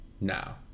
now